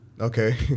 okay